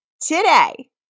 today